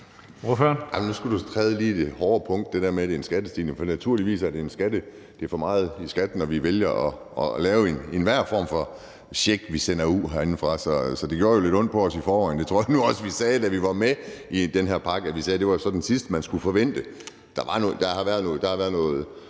du lige det ømme punkt i forhold til det der med, at det er en skattestigning, for naturligvis er det for meget i skat, når vi vælger at lave enhver form for check, vi sender ud herindefra. Så det gjorde jo lidt ondt på os i forvejen. Det tror jeg nu også vi sagde, da vi var med i den her pakke. Vi sagde, at det var så den sidste, man skulle forvente. Der har været noget